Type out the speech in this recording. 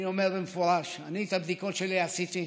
אני אומר במפורש: אני, את הבדיקות שלי עשיתי.